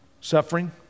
Suffering